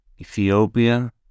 Ethiopia